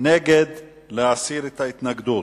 נגד להסיר את ההתנגדות,